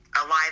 alive